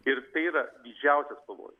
ir tai yra didžiausias pavojus